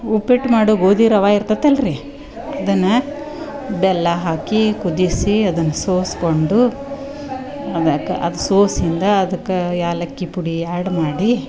ಉಪ್ಪಿಟ್ಟು ಮಾಡೋ ಗೋದಿ ರವಾ ಇರ್ತತೆ ಅಲ್ರಿ ಅದನ್ನ ಬೆಲ್ಲ ಹಾಕಿ ಕುದಿಸಿ ಅದನ್ನ ಸೋಸ್ಕೊಂಡು ಅದಕ್ಕೆ ಅದ ಸೋಸಿಂದ ಅದಕ್ಕ ಏಲಕ್ಕಿ ಪುಡಿ ಆ್ಯಡ್ ಮಾಡಿ